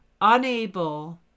unable